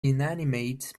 inanimate